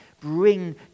Bring